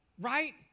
right